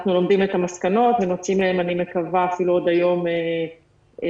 אנחנו לומדים את המסקנות ונוציא אולי עוד היום אפילו הנחיות.